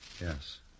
Yes